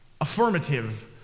affirmative